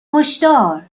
هشدار